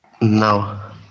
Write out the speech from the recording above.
No